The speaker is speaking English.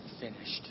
finished